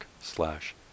slash